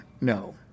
no